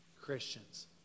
Christians